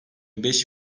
beş